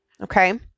Okay